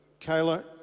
Kayla